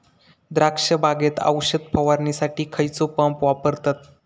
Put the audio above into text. द्राक्ष बागेत औषध फवारणीसाठी खैयचो पंप वापरतत?